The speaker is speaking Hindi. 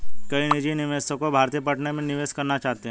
कई निजी निवेशक भारतीय पर्यटन में निवेश करना चाहते हैं